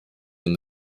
and